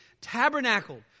Tabernacle